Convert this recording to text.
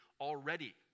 already